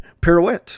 pirouette